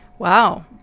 Wow